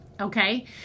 Okay